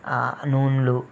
నూనెలు